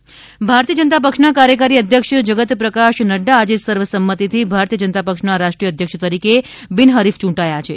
નઙા ભારતીય જનતા પક્ષના કાર્યકારી અધ્યક્ષ જગત પ્રકાશ નફા આજે સર્વસંમતિથી ભારતીય જનતા પક્ષના રાષ્ટ્રીય અધ્યક્ષ તરીકે બિનહરીફ યૂંટાયા છે